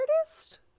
artist